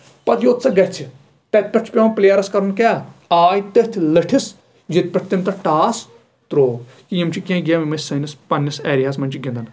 پَتہٕ یوٚت سۄ گژھِ تَتہِ پٮ۪ٹھ چھُ پیوان پِلیرَس کَرُن کیاہ آے تٔتھۍ لٔٹھِس ییٚتہِ پٮ۪ٹھ تٔمۍ تَتھ ٹاس تروو یِم چھٕ کیںٛہہ گیمہٕ یِم أسۍ سٲنس پَنٕنِس ایریاہَس منٛز چھٕ گنٛدان